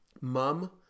MUM